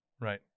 Right